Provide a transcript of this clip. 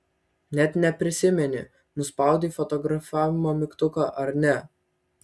net neprisimeni nuspaudei fotografavimo mygtuką ar ne